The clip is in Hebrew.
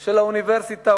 של האוניברסיטה.